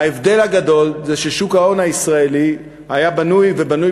ההבדל הגדול הוא ששוק ההון הישראלי היה בנוי ובנוי